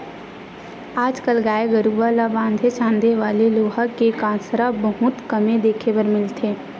आज कल गाय गरूवा ल बांधे छांदे वाले लोहा के कांसरा बहुते कम देखे बर मिलथे